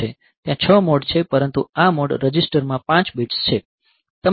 ત્યાં 6 મોડ છે પરંતુ આ મોડ રજિસ્ટર માં 5 બિટ્સ છે